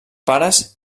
pares